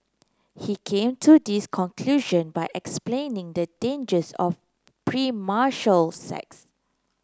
he came to this conclusion by explaining the dangers of premarital sex